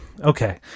Okay